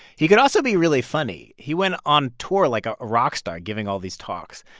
he could also be really funny. he went on tour like a rock star, giving all these talks.